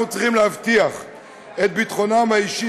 אנחנו צריכים להבטיח את ביטחונם האישי